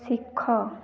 ଶିଖ